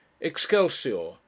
Excelsior